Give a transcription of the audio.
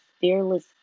fearless